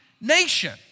nation